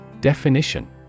Definition